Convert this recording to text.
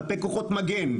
כלפי כוחות מגן.